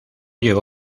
llega